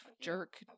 jerk